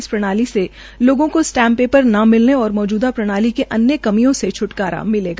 इस प्रणाली से लोगों को स्टाम्प ऐपर न मिलने और मौजूदा प्रणाली की अन्य कमियों से भी छ्टकारा मिलेगा